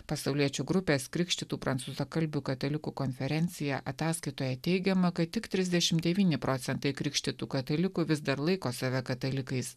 pasauliečių grupės krikštytų prancūzakalbių katalikų konferencija ataskaitoje teigiama kad tik trisdešim devyni procentai krikštytų katalikų vis dar laiko save katalikais